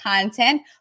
content